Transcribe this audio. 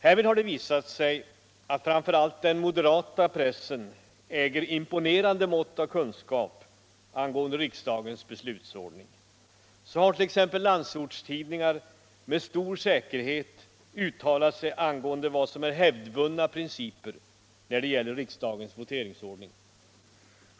Härvid har det visat sig att framför allt den moderata pressen äger ett imponerande mått av kunskap angående riksdagens beslutsordning. Så har t.ex. landsortstidningar med stor säkerhet uttalat sig om vad som är hävdvunna principer när det gäller riksdagens voteringsordning.